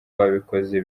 babikoze